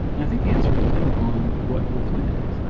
i think the answer is dependent on what your plan is, right?